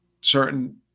certain